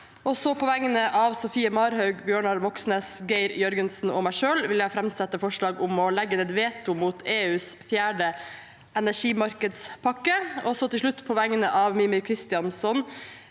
På vegne av Sofie Marhaug, Bjørnar Moxnes, Geir Jørgensen og meg selv vil jeg framsette forslag om å legge ned veto mot EUs fjerde energimarkedspakke. På vegne av Mímir Kristjánsson,